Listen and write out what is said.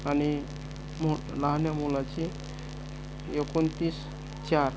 आणि मो लहान मुलाची एकोणतीस चार